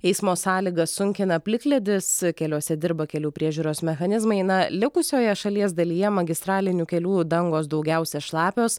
eismo sąlygas sunkina plikledis keliuose dirba kelių priežiūros mechanizmai na likusioje šalies dalyje magistralinių kelių dangos daugiausia šlapios